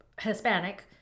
Hispanic